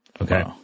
Okay